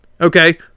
Okay